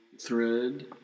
Thread